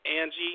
Angie